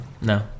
no